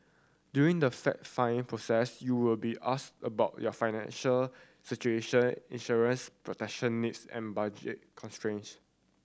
during the fact find process you will be asked about your financial situation insurance protection needs and budget constraints